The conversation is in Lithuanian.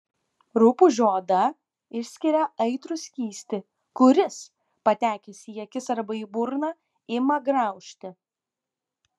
rupūžių oda išskiria aitrų skystį kuris patekęs į akis arba į burną ima graužti